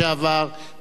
בני אלון,